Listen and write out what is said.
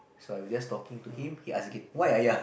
so I was just talking to him he ask again why